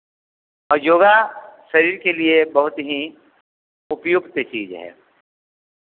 और योग शरीर के लिए बहुत ही उपयुक्त चीज़ है